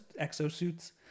exosuits